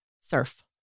surf